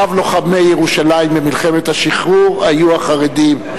מיטב לוחמי ירושלים במלחמת השחרור היו החרדים.